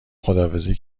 خداحافظی